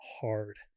hard